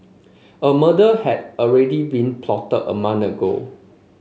a murder had already been plotted a month ago